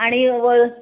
आणि व